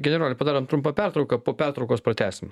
generole padarom trumpą pertrauką po pertraukos pratęsim